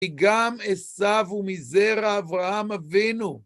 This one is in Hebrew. כי גם אסב ומזרע אברהם אבינו.